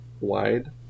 wide